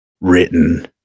written